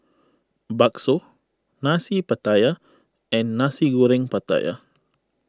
Bakso Nasi Pattaya and Nasi Goreng Pattaya